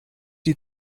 die